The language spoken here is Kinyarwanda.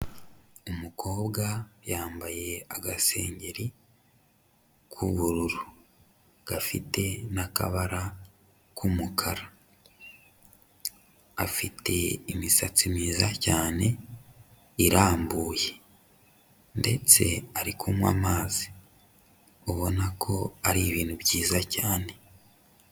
Umukobwa yambaye agasengeri k'ubururu. Gafite n'akabara k'umukara. Afite imisatsi myiza cyane ,irambuye. Ndetse ari kunywa amazi. Ubona ko ari ibintu byiza cyane.